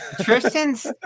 Tristan's